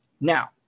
Now